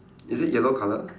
is it yellow colour